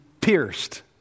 pierced